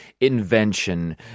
invention